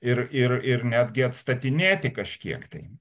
ir ir ir netgi atstatinėti kažkiek tai